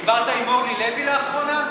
דיברת עם אורלי לוי לאחרונה?